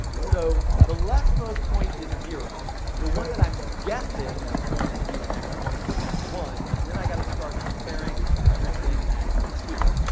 so the leftmost point is zero. the one that i'm guessing is going to be the next point is at one. and then i got to start comparing everything at two.